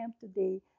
today